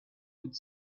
could